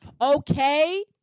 Okay